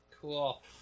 Cool